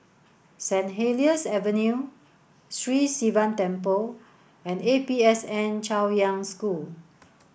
Saint Helier's Avenue Sri Sivan Temple and A P S N Chaoyang School